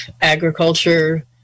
agriculture